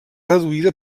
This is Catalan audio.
reduïda